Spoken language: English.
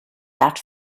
that